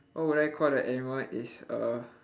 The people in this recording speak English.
what would I call the animal is err